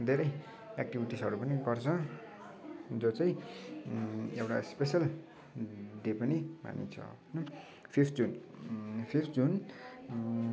धेरै एक्टिभिटिजहरू पनि गर्छ जो चाहिँ एउटा इस्पेसल डे पनि मानिन्छ फिफ्थ जुन फिफ्थ जुन